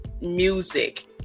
music